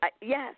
Yes